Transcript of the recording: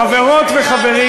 חבר הכנסת חסון,